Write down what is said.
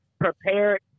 prepared